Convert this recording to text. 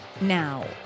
Now